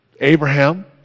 Abraham